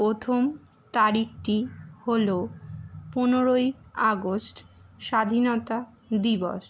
প্রথম তারিখটি হল পনেরোই আগস্ট স্বাধীনতা দিবস